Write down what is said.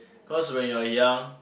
cause when you are young